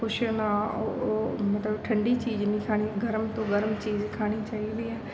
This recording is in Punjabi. ਕੁਛ ਨਾ ਉਹ ਉਹ ਮਤਲਬ ਠੰਢੀ ਚੀਜ਼ ਨਹੀਂ ਖਾਣੀ ਗਰਮ ਤੋਂ ਗਰਮ ਚੀਜ਼ ਖਾਣੀ ਚਾਹੀਦੀ ਹੈ